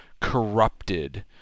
corrupted